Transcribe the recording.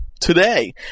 today